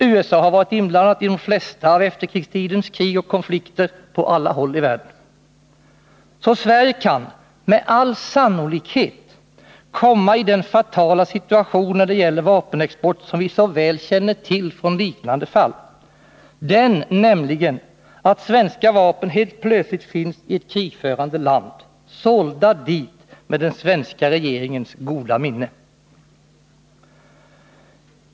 USA har varit inblandat i de flesta av efterkrigstidens krig och konflikter på alla håll i världen. Sverige kan alltså — sannolikheten för det är stor — när det gäller vapenexport hamna i den fatala situation som vi så väl känner till från tidigare, liknande fall, att svenska vapen helt plötsligt finns i ett krigförande land, sålda dit med den svenska regeringens goda minne.